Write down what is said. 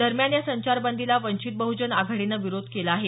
दरम्यान या संचारबंदीला वंचित बहजन आघाडीनं विरोध केला आहे